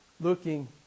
looking